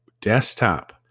desktop